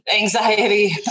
anxiety